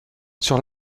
sur